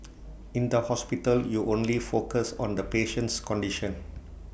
in the hospital you only focus on the patient's condition